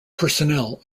personnel